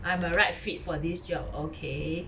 I am a right fit for this job okay